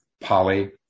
Polly